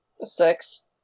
Six